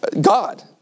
God